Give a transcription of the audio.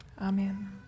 amen